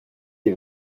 est